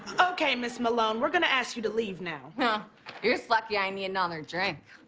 okay, miss malone, we're going to ask you to leave now. yeah you're just lucky i need another drink.